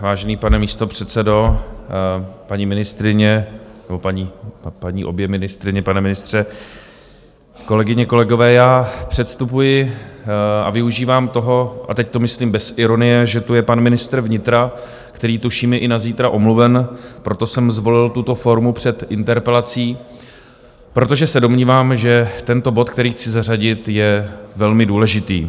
Vážený pane místopředsedo, paní ministryně, nebo obě paní ministryně, pane ministře, kolegyně, kolegové, předstupuji a využívám toho a teď to myslím bez ironie že tu je pan ministr vnitra, který tuším je na zítra omluven, proto jsem zvolil tuto formu před interpelací, protože se domnívám, že tento bod, který chci zařadit, je velmi důležitý.